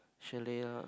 chalet ah